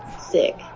sick